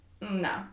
no